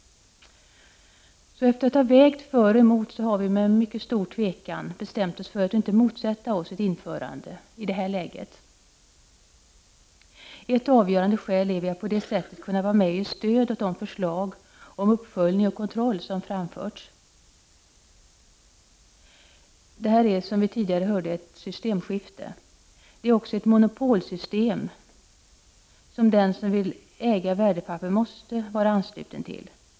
Efter att ha vägt för och emot har vi alltså — med stor tvekan — bestämt oss för att inte motsätta oss ett införande av systemet i det här läget. Ett avgörande skäl är att vi på det sättet kan ge stöd åt de förslag om uppföljning och kontroll som framförts. Det här är, som vi tidigare hörde, ett systemskifte. Det är också ett monopolsystem som den som vill äga värdepapper måste vara ansluten till.